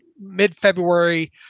mid-February